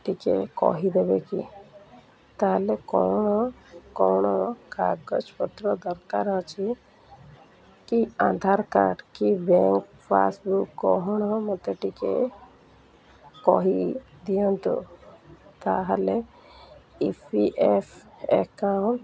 ଟିକିଏ କହିଦେବେ କି ତା'ହେଲେ କ'ଣ କ'ଣ କାଗଜପତ୍ର ଦରକାର ଅଛି କି ଆଧାର୍ କାର୍ଡ଼୍ କି ବ୍ୟାଙ୍କ ପାସ୍ବୁକ୍ କ'ଣ ମୋତେ ଟିକିଏ କହିଦିଅନ୍ତୁ ତା'ହେଲେ ଇ ପି ଏଫ୍ ଆକାଉଣ୍ଟ୍